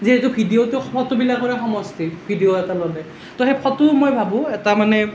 যিহেতু ভিডিঅ'টো ফটোবিলাকৰে সমষ্টি ভিডিঅ' এটা ল'লে তো সেই ফটোও মই ভাবোঁ এটা মানে